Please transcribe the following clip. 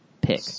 pick